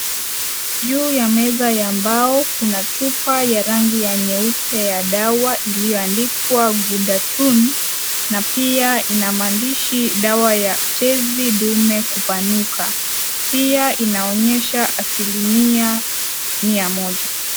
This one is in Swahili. Juu ya meza ya mbao, kuna chupa ya rangi ya nyeupe ya dawa, iliyoandikwa(cs)budatun(cs), na pia ina maandishi, dawa ya tezi dume kupanuka, pia, inaonyesha, asalimia, mia moja.